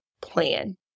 plan